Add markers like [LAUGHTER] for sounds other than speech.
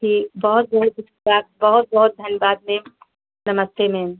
ठीक बहुत बहुत [UNINTELLIGIBLE] बहुत बहुत धनवाद मेम नमस्ते मेम